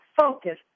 focus